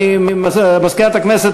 מזכירת הכנסת,